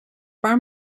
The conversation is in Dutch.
paar